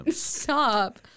Stop